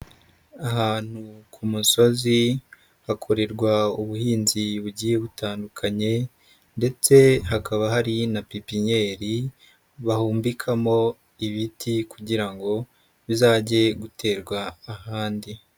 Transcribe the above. Ahantu ku musozi hakorerwa ubuhinzi bugiye butandukanye ndetse hakaba hari na pipinyeri bahumbikamo ibiti kugira ngo bizajye guterwa ahandi.